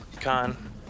con